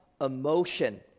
emotion